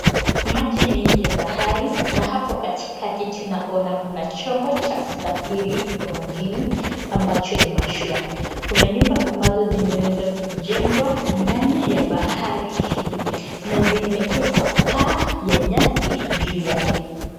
Maji mengi ya bahari na hapo katikati tunaona kuna chombo cha kusafiri wa majini ambacho ni mashua. Kuna nyumba ambazo zimeweza kujengwa ndani ya bahari hii na zimeekwa paa ya nyasi juu yake.